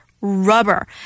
Rubber